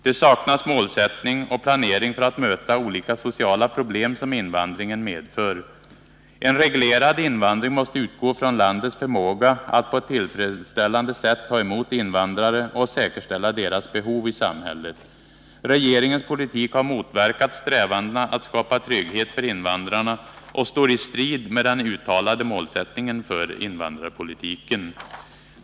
Det saknas målsättning och planering för att möta olika sociala problem som invandringen medför. En reglerad invandring måste utgå från landets förmåga att på ett tillfredsställande sätt ta emot invandrare och säkerställa deras behov i samhället. Regeringens politik har motverkat strävandena att skapa trygghet för invandrarna och står i strid med den uttalade målsättningen för invandrarpolitiken.